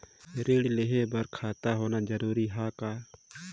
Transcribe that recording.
ऋण लेहे बर खाता होना जरूरी ह का?